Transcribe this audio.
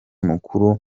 mukuru